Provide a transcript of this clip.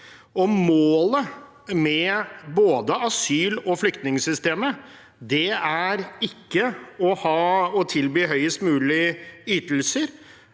Målet med både asyl- og flyktningsystemet er ikke å tilby høyest mulig ytelser.